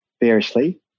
variously